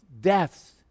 deaths